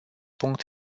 punct